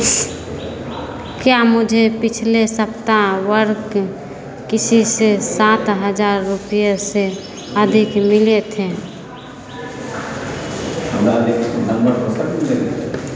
क्या मुझे पिछले सप्ताह वर्क किसी से सात हजार रुपये से अधिक मिले थे